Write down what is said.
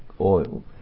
oil